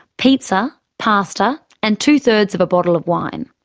pizza, pasta and two-thirds of a bottle of wine.